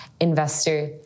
investor